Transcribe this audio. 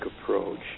approach